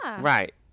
right